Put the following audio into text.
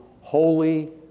holy